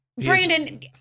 Brandon